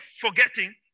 forgetting